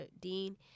Dean